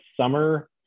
summer